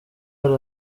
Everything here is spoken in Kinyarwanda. hari